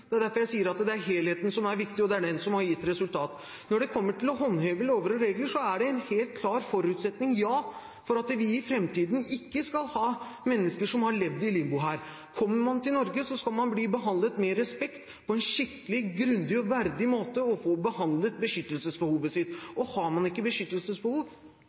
Det er derfor jeg sier at det er helheten som er viktig, og det er den som har gitt resultat. Når det kommer til å håndheve lover og regler, er jo det en helt klar forutsetning for at vi i framtiden ikke skal ha mennesker som har levd i limbo her. Kommer man til Norge, skal man bli behandlet med respekt, på en skikkelig, grundig og verdig måte og få vurdert beskyttelsesbehovet sitt. Og har man ikke beskyttelsesbehov,